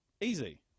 Easy